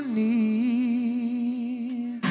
need